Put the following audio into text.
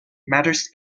matters